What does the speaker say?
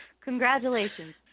Congratulations